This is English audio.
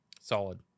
Solid